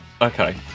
Okay